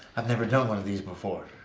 i've never done one of these before.